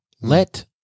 Let